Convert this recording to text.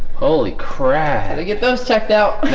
holy crap, they get those checked out.